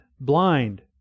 blind